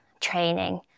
training